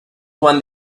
want